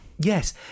Yes